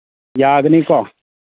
ꯌꯥꯒꯅꯤꯀꯣ